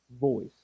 voice